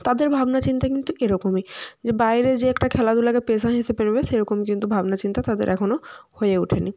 তাদের ভাবনা চিন্তা কিন্তু এরকমই যে বাইরে যেয়ে একটা খেলাধুলাকে পেশা হিসেবে পেরোবে সেরকম কিন্তু ভাবনা চিন্তা তাদের এখনো হয়ে ওঠে নি